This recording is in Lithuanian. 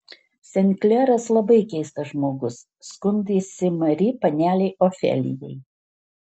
sen kleras labai keistas žmogus skundėsi mari panelei ofelijai